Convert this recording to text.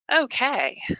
Okay